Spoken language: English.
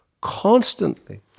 constantly